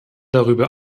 darüber